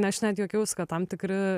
aš net juokiausi kad tam tikri